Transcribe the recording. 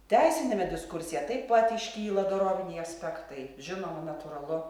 teisiniame diskurse taip pat iškyla doroviniai aspektai žinoma natūralu